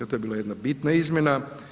To je bila jedna bitna izmjena.